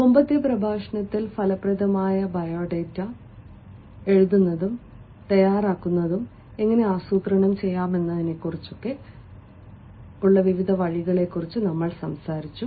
മുമ്പത്തെ പ്രഭാഷണത്തിൽ ഫലപ്രദമായ ബയോഡേറ്റ എഴുതുന്നതിനോ ഫലപ്രദമായ ബയോഡാറ്റ തയ്യാറാക്കുന്നതിനോ എങ്ങനെ ആസൂത്രണം ചെയ്യാമെന്നതിനെക്കുറിച്ച് ഞങ്ങൾ വിവിധ വഴികളെക്കുറിച്ച് സംസാരിച്ചു